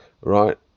right